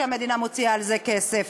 שהמדינה מוציאה על זה כספים,